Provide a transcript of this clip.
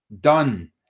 done